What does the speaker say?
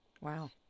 wow